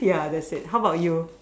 ya that's it how about you